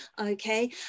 Okay